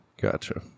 Gotcha